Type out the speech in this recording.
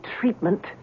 treatment